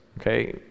okay